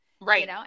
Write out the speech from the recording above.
Right